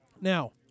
Now